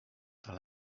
dans